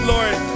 Lord